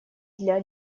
для